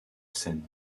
scène